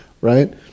right